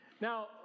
Now